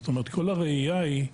זאת אומרת כל הראייה היא,